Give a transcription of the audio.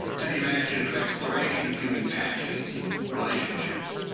to the imaginative exploration of human passions and relationships.